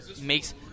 makes